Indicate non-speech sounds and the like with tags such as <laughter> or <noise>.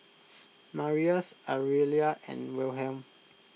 <noise> Marius Aurelia and Wilhelm